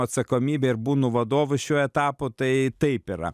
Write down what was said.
atsakomybę ir būnu vadovu šiuo etapu tai taip yra